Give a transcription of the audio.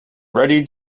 ready